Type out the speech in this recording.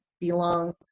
belongs